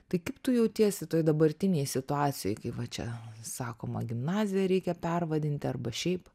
tai kaip tu jautiesi toj dabartinėj situacijoj kai va čia sakoma gimnaziją reikia pervadinti arba šiaip